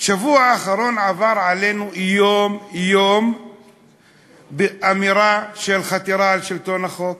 עבר עלינו יום-יום באמירה של חתירה נגד שלטון החוק,